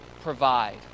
provide